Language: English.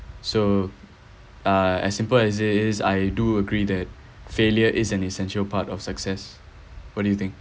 so uh as simple as it is I do agree that failure is an essential part of success what do you think